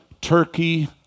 Turkey